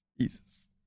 Jesus